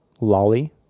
lolly